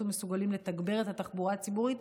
ומסוגלים לתגבר את התחבורה הציבורית,